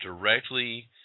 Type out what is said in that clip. directly